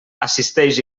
assisteix